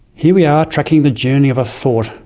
here we are, tracking the journey of a thought,